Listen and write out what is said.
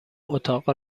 اتاق